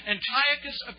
Antiochus